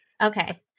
Okay